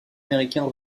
américains